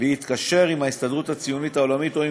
להתקשר עם ההסתדרות הציונית העולמית ועם